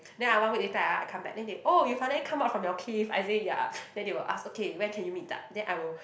then I one week later ah I come back then they oh you finally come out from your cave I said ya then they will ask okay when can you meet up then I will